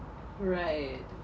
right